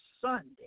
Sunday